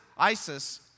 Isis